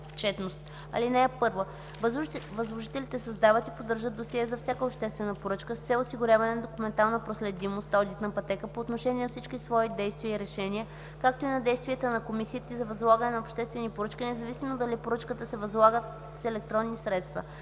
Чл. 121. (1) Възложителите създават и поддържат досие за всяка обществена поръчка с цел осигуряване на документална проследимост (одитна пътека) по отношение на всички свои действия и решения, както и на действията на комисиите за възлагане на обществени поръчки, независимо дали поръчките се възлагат с електронни средства.